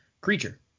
creature